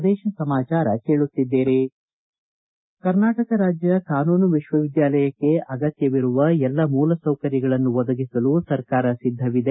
ಪ್ರದೇಶ ಸಮಾಚಾರ ಕೇಳುತ್ತಿದ್ದೀರಿ ಕರ್ನಾಟಕ ರಾಜ್ಯ ಕಾನೂನು ವಿಶ್ವವಿದ್ವಾಲಯಕ್ಕೆ ಅಗತ್ತವಿರುವ ಎಲ್ಲ ಮೂಲ ಸೌಕರ್ಯಗಳನ್ನು ಒದಗಿಸಲು ಸರ್ಕಾರ ಸಿದ್ದವಿದೆ